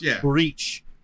breach